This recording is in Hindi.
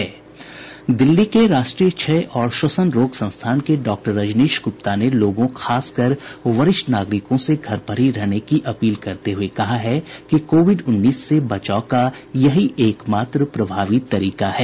दिल्ली के राष्ट्रीय क्षय और श्वसन रोग संस्थान के डॉक्टर रजनीश गुप्ता ने लोगों खासकर वरिष्ठ नागरिकों से घर पर ही रहने की अपील करते हुये कहा है कि कोविड उन्नीस से बचाव का यही एक मात्र प्रभावी तरीका है